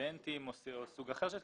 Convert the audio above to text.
סטודנטים או סוג אחר של תקנים.